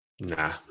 Nah